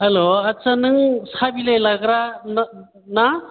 hello आतसा नों साहा बिलाइ लाग्रा ना